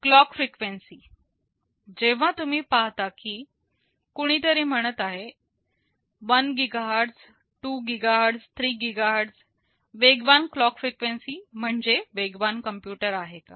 clock frequency जेव्हा तुम्ही पाहता की कोणीतरी म्हणत आहे 1 GHz 2 GHz 3 GHz वेगवान क्लॉक फ्रिक्वेन्सी म्हणजे वेगवान कम्प्युटर आहे का